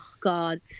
god